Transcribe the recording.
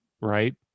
right